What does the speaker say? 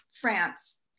France